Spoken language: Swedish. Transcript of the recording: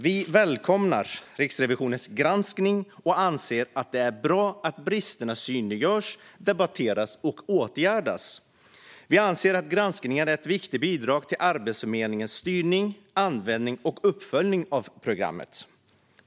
Vi välkomnar Riksrevisionens granskning och anser att det är bra att bristerna synliggörs, debatteras och åtgärdas. Vi anser att granskningen är ett viktigt bidrag till Arbetsförmedlingens styrning, användning och uppföljning av programmet.